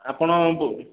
ଆପଣ ବ